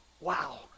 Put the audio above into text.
Wow